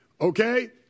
okay